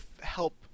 help